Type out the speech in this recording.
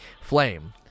Flame